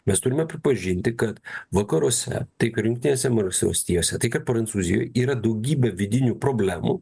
mes turime pripažinti kad vakaruose taip ir jungtinėse amerikos valstijose tai kad prancūzijoj yra daugybė vidinių problemų